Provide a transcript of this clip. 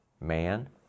man